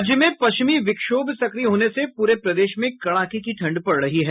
राज्य में पश्चिमी विक्षोभ सक्रिय होने से पूरे प्रदेश में कड़ाके की ठंड पड़ रही है